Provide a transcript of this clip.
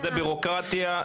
זה בירוקרטיה,